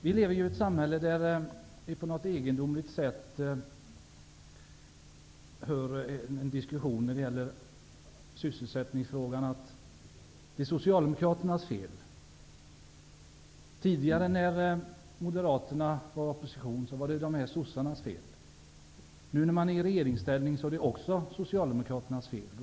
Vi lever i ett samhälle där vi i diskussioner kan höra att de ekonomiska problemen är Socialdemokraternas fel. När Moderaterna var i opposition var det sossarnas fel. Nu när man är i regeringsställning är det också Socialdemokraternas fel.